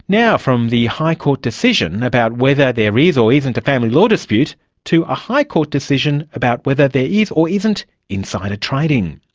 now from the high court decision about whether there is or isn't a family law dispute to a high court decision about whether there is or isn't insider trading.